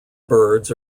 birds